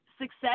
success